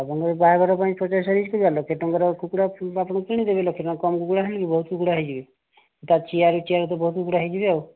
ଆପଣ ଯଦି ବାହାଘର ପାଇଁ ପଚାଶ ହଜାର କିମ୍ବା ଲକ୍ଷେ ଟଙ୍କାର କୁକୁଡ଼ା ଆପଣ କିଣିଦେବେ ଲକ୍ଷେ ଟଙ୍କାରୁ କମ୍ କୁକୁଡ଼ା ହେଇଯିବ କୁକୁଡ଼ା ହେଇଯିବେ ତା ଚିଆଁ ରୁ ଚିଆଁ ତ ବହୁତ କୁକୁଡ଼ା ହେଇଯିବେ ଆଉ